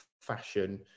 fashion